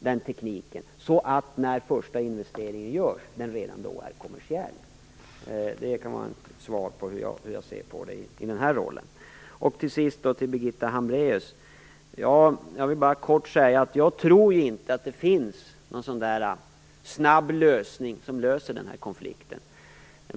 den tekniken så att den första investeringen är kommersiell redan när den görs. Det kan vara ett svar på hur jag ser på det i den här rollen. Till sist vill jag bara kort säga till Birgitta Hambraeus att jag inte tror att det finns någon snabb lösning av den här konflikten.